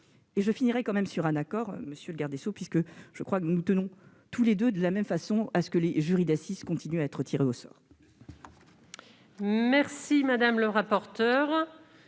Je finirai quand même sur un accord, monsieur le garde des sceaux, puisque je crois que nous tenons tous les deux autant à ce que les jurys d'assises continuent à être tirés au sort. Je suis saisie de six